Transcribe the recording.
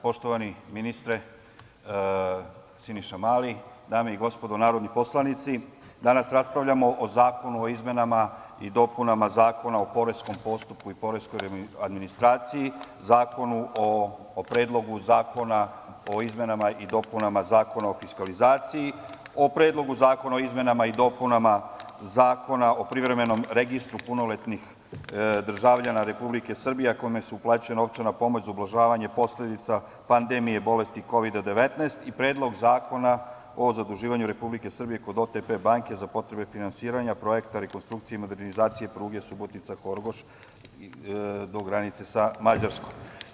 Poštovani ministre, Siniša Mali, dame i gospodo narodni poslanici, danas raspravljamo o zakonu o izmenama i dopunama Zakona o poreskom postupku i poreskoj administraciji, zakonu o predlogu Zakona o izmenama i dopunama Zakona o fiskalizaciji, o predlogu zakona o izmenama i dopunama Zakona o privremenom registru punoletnih državljana Republike Srbije, a kome se uplaćuje novčana pomoć za ublažavanje posledica pandemije bolesti Kovida 19 i predlog Zakona o zaduživanju Republike Srbije kod „OTP“ banke za potrebe finansiranja projekta rekonstrukcije i modernizacije pruge Subotica-Horgoš do granice sa Mađarskom.